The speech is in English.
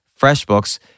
FreshBooks